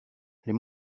les